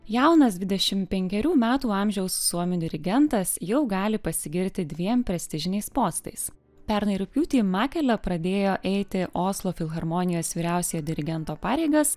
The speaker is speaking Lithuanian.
jaunas dvidešimt penkerių metų amžiaus suomių dirigentas jau gali pasigirti dviem prestižiniais postais pernai rugpjūtį makele pradėjo eiti oslo filharmonijos vyriausiojo dirigento pareigas